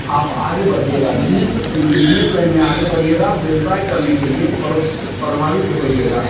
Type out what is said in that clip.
आप आगे बढ़िएगा बिजनेस बिजनेस लाइन में आगे बढ़इगा व्यवसाय करने के लिए प्रभावित होइएगा